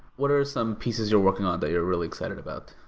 what are some pieces you're working on that you're really excited about?